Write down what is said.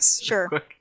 Sure